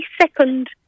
second